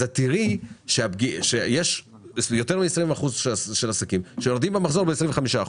תראי שיש יותר מ-20 אחוזים של עסקים שיורדים במחזור ב-25 אחוזים.